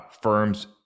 firms